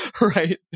right